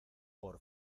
por